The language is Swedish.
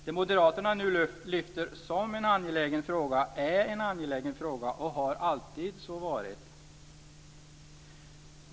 Det moderaterna nu lyfter fram som en angelägen fråga är en angelägen fråga och har alltid så varit.